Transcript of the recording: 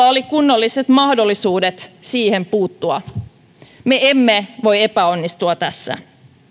oli kunnolliset mahdollisuudet siihen puuttua me emme voi epäonnistua tässä